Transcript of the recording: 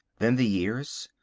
then the years,